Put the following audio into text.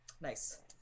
Nice